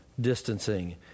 distancing